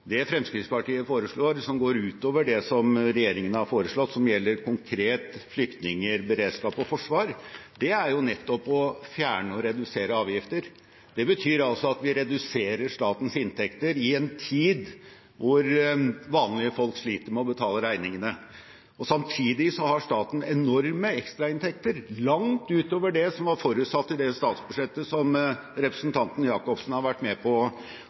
Det Fremskrittspartiet foreslår som går utover det regjeringen har foreslått, som gjelder konkret flyktninger, beredskap og forsvar, er nettopp å fjerne og redusere avgifter. Det betyr altså at vi reduserer statens inntekter i en tid hvor vanlige folk sliter med å betale regningene. Samtidig har staten enorme ekstrainntekter, langt utover det som var forutsatt i det statsbudsjettet representanten Jacobsen har vært med på